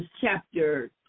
chapter